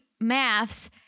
maths